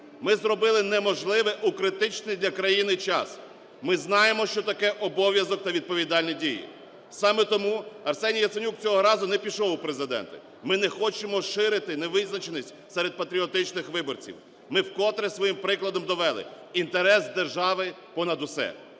Ми зробили неможливе у критичний для країни час. Ми знаємо, що таке обов'язок та відповідальні дії. Саме тому Арсеній Яценюк цього разу не пішов у Президенти. Ми не хочемо ширити невизначеність серед патріотичних виборців. Ми вкотре своїм прикладом довели: інтерес держави – понад усе.